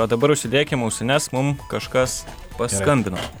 o dabar užsidėkim ausines mum kažkas paskambino